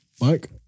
Mike